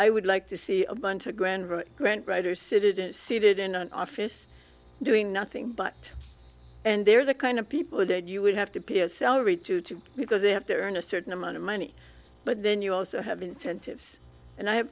i would like to see a bunch of grand grant writers sit in seated in an office doing nothing but and they're the kind of people that you would have to be a salary to to because they have to earn a certain amount of money but then you also have incentives and i have